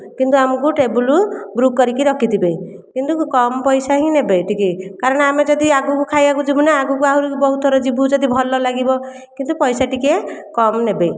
କିନ୍ତୁ ଆମକୁ table book କରିକି ରଖିଥିବେ କିନ୍ତୁ କମ ପଇସା ହିଁ ନେବେ ଟିକେ କାରଣ ଆମେ ଯଦି ଆଗକୁ ଖାଇବାକୁ ଯିବୁ ନା ଆଗକୁ ଆହୁରି ବହୁତ ଥର ଯିବୁ ଯଦି ଭଲ ଲାଗିବ କିନ୍ତୁ ପଇସା ଟିକେ କମ୍ ନେବେ